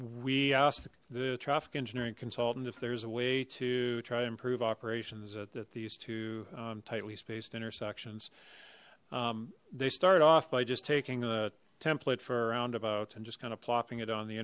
we asked the traffic engineering consultant if there's a way to try to improve operations at these two tightly spaced intersections they start off by just taking a template for a roundabout and just kind of plopping it on the